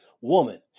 woman